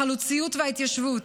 החלוציות וההתיישבות.